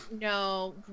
no